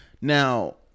Now